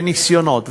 וניסיונות,